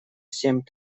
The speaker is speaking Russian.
семь